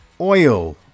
oil